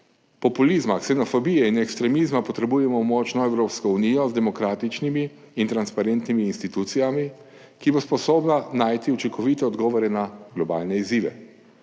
populizma, ksenofobije in ekstremizma potrebujemo močno Evropsko unijo z demokratičnimi in transparentnimi institucijami, ki bo sposobna najti učinkovite odgovore na globalne izzive.